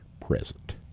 present